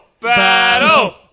Battle